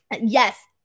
Yes